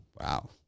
Wow